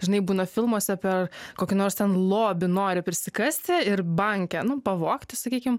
žinai būna filmuose apie kokį nors ten lobį nori prisikasti ir banke nu pavogti sakykim